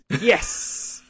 Yes